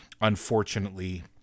unfortunately